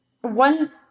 one